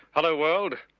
hello world.